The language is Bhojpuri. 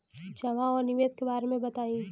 जमा और निवेश के बारे मे बतायी?